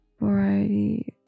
variety